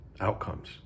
outcomes